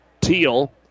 Teal